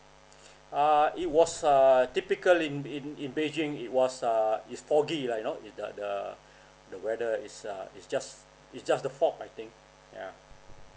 ah it was uh typically in in in beijing it was uh is foggy lah you know it the the the weather is uh it's just it's just the fog I think yeah